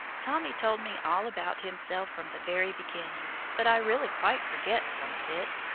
tommy told me all about himself from the very beginning, but i really quite forget some of it.